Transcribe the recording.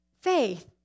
faith